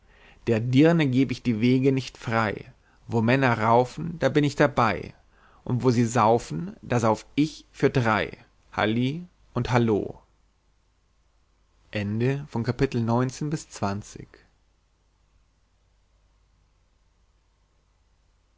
der dirne geb ich die wege nicht frei wo männer raufen da bin ich dabei und wo sie saufen da sauf ich für drei halli und hallo